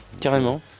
Carrément